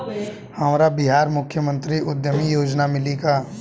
हमरा बिहार मुख्यमंत्री उद्यमी योजना मिली का?